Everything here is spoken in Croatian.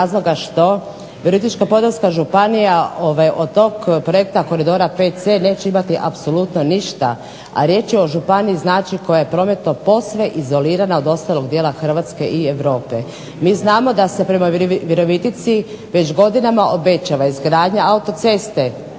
razloga što Virovitička-Podravska županija od tog projekta Koridor 5c neće imati apsolutno ništa, a riječ je o županiji koja je prometno posve izolirana od ostalog dijela Hrvatske i Europe. MI znamo da se prema Virovitici već godinama obećava izgradnja autoceste